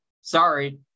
sorry